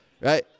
Right